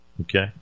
okay